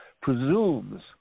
presumes